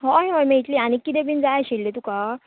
हय हय मेळटली आनीक कितें बीन जाय आशिल्ली तुका